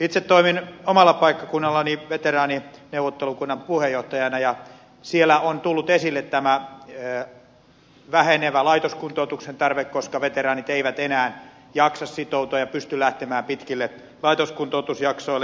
itse toimin omalla paikkakunnallani veteraanineuvottelukunnan puheenjohtajana ja siellä on tullut esille tämä vähenevä laitoskuntoutuksen tarve koska veteraanit eivät enää jaksa sitoutua ja pysty lähtemään pitkille laitoskuntoutusjaksoille